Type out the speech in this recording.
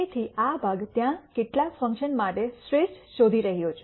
તેથી આ ભાગ ત્યાં કેટલાક ફંક્શન માટે શ્રેષ્ઠ શોધી રહ્યો છે